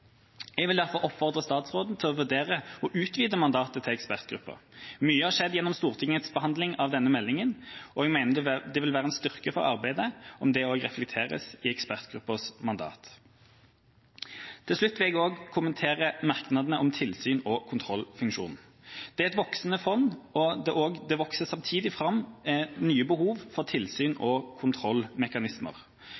Jeg vil derfor oppfordre statsråden til å vurdere å utvide mandatet til ekspertgruppa. Mye har skjedd gjennom Stortingets behandling av denne meldinga, og jeg mener det vil være en styrke for arbeidet om dette også reflekteres i ekspertgruppas mandat. Til slutt vil jeg også kommentere merknadene om tilsyns- og kontrollfunksjon. Det er et voksende fond, og det vokser samtidig fram nye behov for